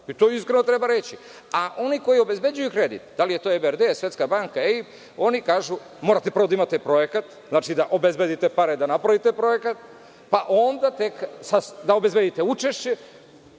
To treba iskreno reći. Onaj koji obezbeđuje kredit, da li je to IBRD, Svetska banka, oni kažu, morate prvo da imate projekat da obezbedite pare i napravite projekat, pa onda tek da obezbedite učešće,